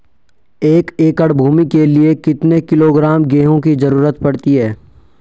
एक एकड़ भूमि के लिए कितने किलोग्राम गेहूँ की जरूरत पड़ती है?